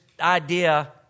idea